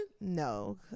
No